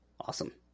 Awesome